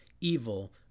evil